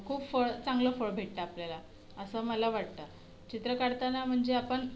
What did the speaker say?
खूप फळ चांगलं फळ भेटतं आपल्याला असं मला वाटतं चित्र काढताना म्हणजे आपण